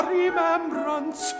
remembrance